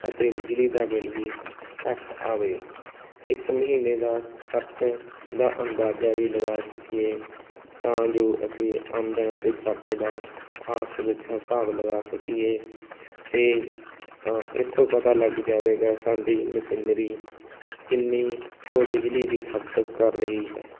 ਅਤੇ ਬਿਜਲੀ ਦਾ ਬਿਲ ਵੀ ਘੱਟ ਆਵੇ ਇੱਕ ਮਹੀਨੇ ਦਾ ਖਰਚ ਦਾ ਅੰਦਾਜ਼ਾ ਵੀ ਲਗਾ ਸਕੀਏ ਤਾਂ ਜੋ ਅਸੀਂ ਆਮਦਨ ਅਤੇ ਖਰਚ ਦਾ ਆਪਸ ਵਿੱਚ ਹਿਸਾਬ ਲਗਾ ਸਕੀਏ ਅਤੇ ਤਾਂ ਇਸ ਤੋਂ ਪਤਾ ਲੱਗ ਜਾਵੇਗਾ ਸਾਡੀ ਮਸ਼ੀਨਰੀ ਕਿੰਨੀ ਕੁ ਬਿਜਲੀ ਦੀ ਖਪਤ ਕਰ ਰਹੀ ਹੈ